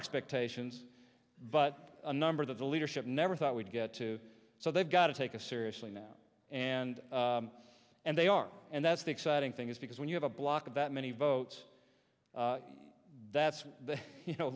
expectations but a number that the leadership never thought we'd get to so they've got to take a seriously now and and they are and that's the exciting thing is because when you have a bloc that many votes that's the you know